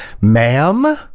ma'am